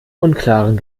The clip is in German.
unklaren